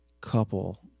couple